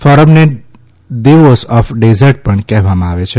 ફોરમને Davos of desert પણ કહેવામાં આવે છે